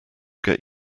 get